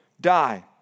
die